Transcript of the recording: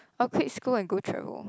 I'll quit school and go travel